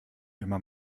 immer